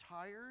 tired